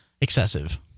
excessive